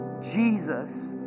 Jesus